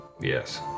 Yes